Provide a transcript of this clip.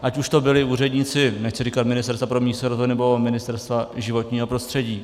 Ať už to byli úředníci, nechci říkat Ministerstva pro místní rozvoj nebo Ministerstva životního prostředí.